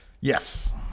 Yes